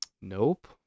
Nope